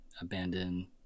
abandon